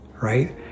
right